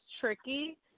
tricky